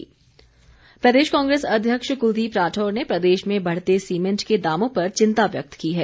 cement प्रदेश कांग्रेस अध्यक्ष क्लदीप राठौर ने प्रदेश में बढ़ते सीमेंट के दामों पर चिंता व्यक्त की है